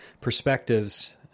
perspectives